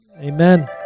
amen